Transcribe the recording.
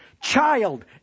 child